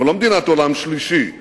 אנחנו לא מדינת עולם שלישי בבנייה,